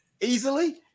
easily